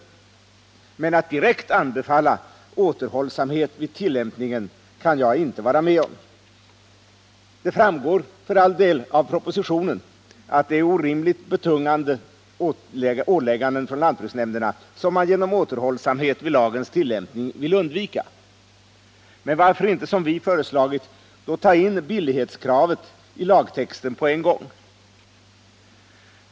Men jag kan inte vara med om att direkt anbefalla återhållsamhet vid tillämpningen. Det framgår för all del av propositionen att det är orimligt betungande åligganden för lantbruksnämnderna som man genom återhållsamhet med lagens tillämpning vill undvika. Men varför inte som vi föreslagit då ta in billighetskravet i lagtexten på en gång?